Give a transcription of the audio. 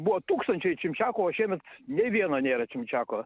buvo tūkstančiai čimčiakų o šiemet nei vieno nėra čimčiako